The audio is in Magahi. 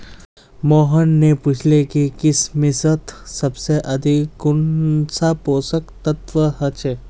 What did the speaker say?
मोहन ने पूछले कि किशमिशत सबसे अधिक कुंन सा पोषक तत्व ह छे